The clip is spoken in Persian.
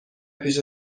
پیش